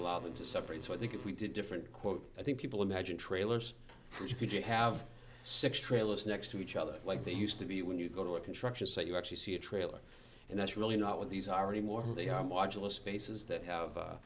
allowed to separate so i think if we did different quote i think people imagine trailers you could have six trailers next to each other like they used to be when you go to a construction site you actually see a trailer and that's really not what these are already more they are modular spaces that have